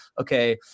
okay